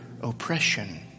oppression